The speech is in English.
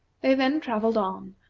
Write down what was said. they then travelled on,